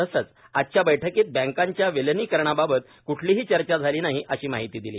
तसंच आजच्या बैठकीत बँकाच्या विलिनीकरणाबाबत कुठलिही चर्चा झाली नाही अशी माहिती दिली